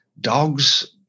dogs